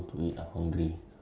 ya five twenty